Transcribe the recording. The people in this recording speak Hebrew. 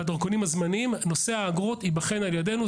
ובדרכונים הזמניים, נושא האגרות ייבחן על ידינו.